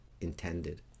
intended